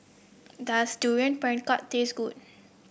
does Durian Pengat taste good